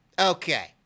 Okay